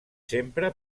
sempre